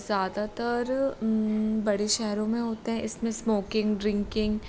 ज़्यादातर बड़े शहरों में होता है इसमें स्मोकिंग ड्रिंकिंग